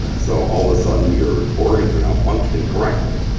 so all of a sudden your organs are now functioning correctly,